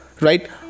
right